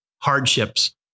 hardships